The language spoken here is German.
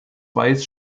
weiss